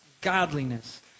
godliness